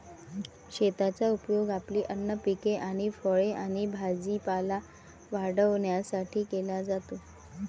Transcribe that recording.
शेताचा उपयोग आपली अन्न पिके आणि फळे आणि भाजीपाला वाढवण्यासाठी केला जातो